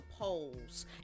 polls